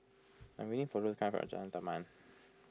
I am waiting for Jalan Taman